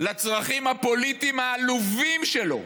לצרכים הפוליטיים העלובים שלו,